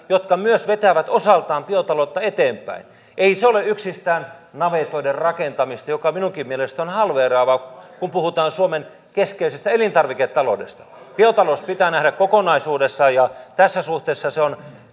jotka myös vetävät osaltaan biotaloutta eteenpäin ei se ole yksistään navetoiden rakentamista josta puhuminen minunkin mielestäni on halveeraavaa kun puhutaan suomen keskeisestä elintarviketaloudesta biotalous pitää nähdä kokonaisuudessaan ja tässä suhteessa se on